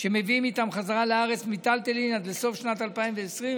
שמביאים איתם חזרה לארץ מיטלטלים עד לסוף שנת 2020,